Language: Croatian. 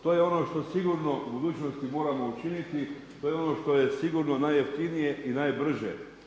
To je ono što sigurno u budućnosti moramo učiniti, to je ono što je sigurno najjeftinije i najbrže.